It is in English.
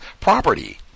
property